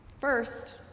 First